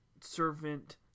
servant